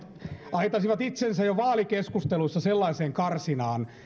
aitasivat itsensä jo vaalikeskusteluissa sellaiseen karsinaan